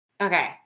okay